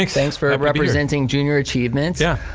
like thanks for representing junior achievement. yeah.